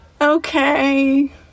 okay